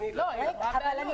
למה עלות?